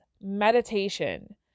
meditation